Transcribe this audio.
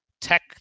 tech